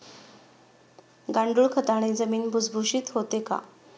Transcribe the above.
गांडूळ खताने जमीन भुसभुशीत होते का?